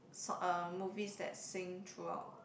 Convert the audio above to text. sort uh movies that sing throughout